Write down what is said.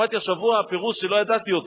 שמעתי השבוע פירוש שלא ידעתי אותו,